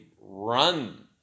run